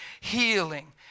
healing